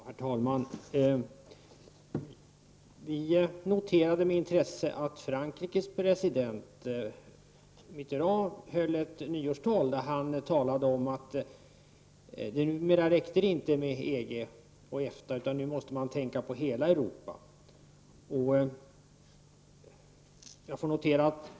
Herr talman! Vi noterade med intresse att Frankrikes president Mitterand höll ett nyårstal där han sade att det numera inte räckte med EFTA och EG utan att man nu måste tänka på hela Europa.